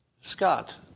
Scott